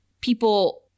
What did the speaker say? people